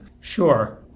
Sure